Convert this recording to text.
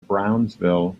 brownsville